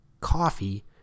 coffee